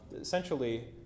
Essentially